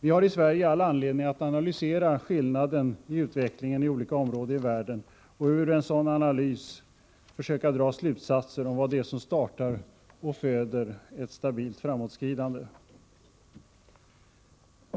Vi i Sverige har all anledning att analysera skillnaderna i utvecklingen i olika områden i världen och att ur en sådan analys försöka dra slutsatser om vad det är som startar och föder ett stabilt framåtskridande.